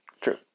True